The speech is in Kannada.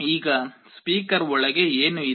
ಈಗ ಸ್ಪೀಕರ್ ಒಳಗೆ ಏನು ಇದೆ